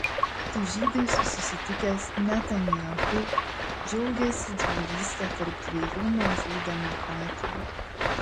su žydais susitikęs netanyahu džiaugėsi draugyste tarp dviejų mažų demokratijų